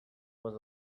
was